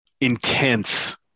intense